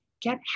Get